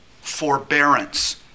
forbearance